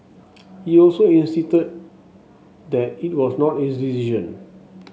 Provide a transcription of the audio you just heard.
he also insisted that it was not his decision